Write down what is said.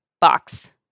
box